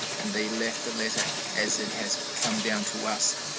and they left the letter as it has come down to us,